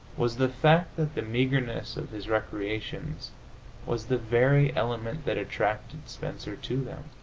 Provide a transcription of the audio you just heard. was the fact that the meagreness of his recreations was the very element that attracted spencer to them.